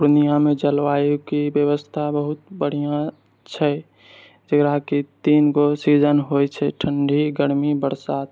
पूर्णियाँमे जलवायुके व्यवस्था बहुत बढ़िआँ छै जेना कि तीन गो सीजन होइ छै ठण्डी गर्मी बरसात